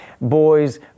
boys